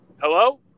Hello